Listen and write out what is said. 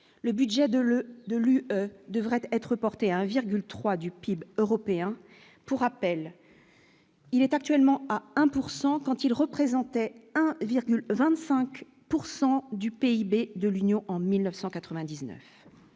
de le de l'UE devrait être portée à 1,3 du PIB européen pour rappel, il est actuellement à 1 pourcent quand il représentait 1,25 pourcent du PIB de l'Union en 1999,